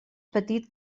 petit